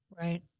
Right